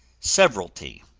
severalty,